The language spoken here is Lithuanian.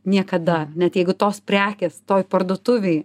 niekada net jeigu tos prekės toj parduotuvėj